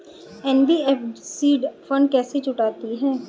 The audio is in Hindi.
एन.बी.एफ.सी फंड कैसे जुटाती है?